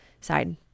side